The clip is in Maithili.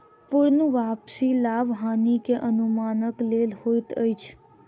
पूर्ण वापसी लाभ हानि के अनुमानक लेल होइत अछि